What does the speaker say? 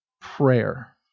prayer